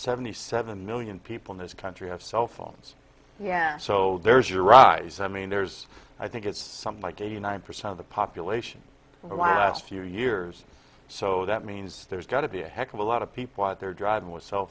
seventy seven million people in this country have cell phones yeah so there's your rise i mean there's i think it's something like eighty nine percent of the population in the last few years so that means there's got to be a heck of a lot of people out there driving with cell